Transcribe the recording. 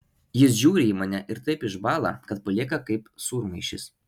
jis žiūri į mane ir staiga taip išbąla kad palieka kaip sūrmaišis